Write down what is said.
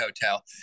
Hotel